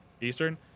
Eastern